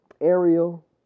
Ariel